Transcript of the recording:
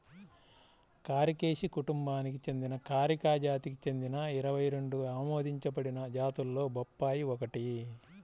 కారికేసి కుటుంబానికి చెందిన కారికా జాతికి చెందిన ఇరవై రెండు ఆమోదించబడిన జాతులలో బొప్పాయి ఒకటి